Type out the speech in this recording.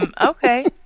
okay